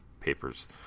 Papers